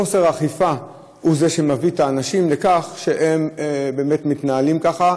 חוסר האכיפה הוא שמביא את האנשים לכך שהם מתנהלים ככה.